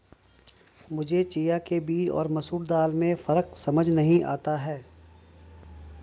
मुझे चिया के बीज और मसूर दाल में फ़र्क समझ नही आता है